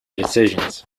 decisions